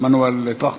מנואל טרכטנברג.